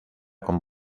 con